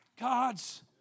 God's